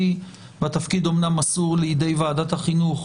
והתפקיד אומנם מסור לידי ועדת החינוך,